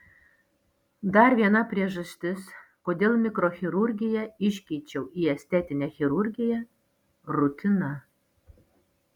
dar viena priežastis kodėl mikrochirurgiją iškeičiau į estetinę chirurgiją rutina